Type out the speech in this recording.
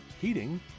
heating